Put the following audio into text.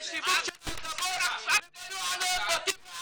ושיווק של האדמות ובנו עליהם בתים של